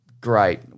great